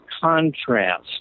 contrast